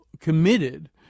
committed